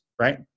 right